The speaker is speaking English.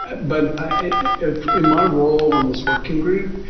but i if in my role on this working group,